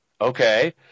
okay